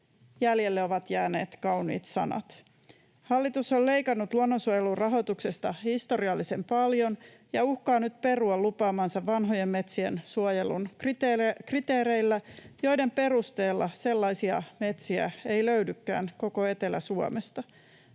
Jäljelle ovat jääneet kauniit sanat. Hallitus on leikannut luonnonsuojelurahoituksesta historiallisen paljon ja uhkaa nyt perua lupaamansa vanhojen metsien suojelun kriteereillä, joiden perusteella sellaisia metsiä ei löydykään koko Etelä-Suomesta,